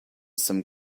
some